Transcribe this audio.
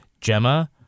Gemma